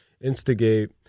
instigate